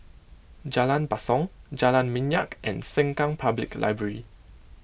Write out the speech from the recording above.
Jalan Basong Jalan Minyak and Sengkang Public Library